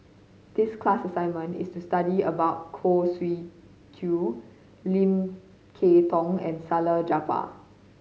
this class assignment was to study about Khoo Swee Chiow Lim Kay Tong and Salleh Japar